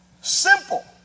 Simple